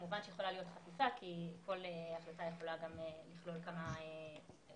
כמובן שיכולה להיות חפיפה כי כל החלטה יכולה גם לכלול כמה עונשים.